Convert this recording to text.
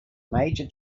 major